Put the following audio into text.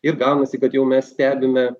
ir gaunasi kad jau mes stebime